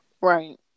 right